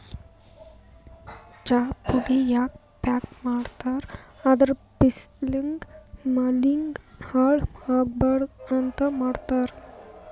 ಚಾಪುಡಿ ಯಾಕ್ ಪ್ಯಾಕ್ ಮಾಡ್ತರ್ ಅಂದ್ರ ಬಿಸ್ಲಿಗ್ ಮಳಿಗ್ ಹಾಳ್ ಆಗಬಾರ್ದ್ ಅಂತ್ ಮಾಡ್ತಾರ್